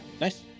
Nice